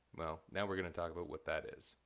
well, now we're going to talk about what that is.